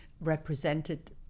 represented